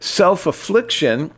self-affliction